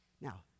Now